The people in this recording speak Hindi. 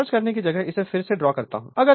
मैं सर्च करने की जगह इसे फिर से ड्रॉ करता हूं